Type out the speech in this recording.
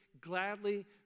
gladly